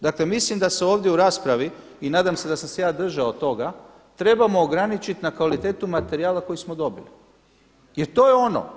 Dakle, mislim da se ovdje u raspravi i nadam se da sam se ja držao toga trebamo ograničiti na kvalitetu materijala koju smo dobili jer to je ono.